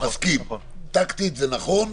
אני מסכים, טקטית זה נכון,